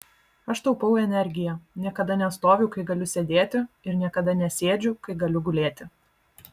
aš taupau energiją niekada nestoviu kai galiu sėdėti ir niekada nesėdžiu kai galiu gulėti